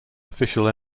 official